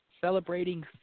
celebrating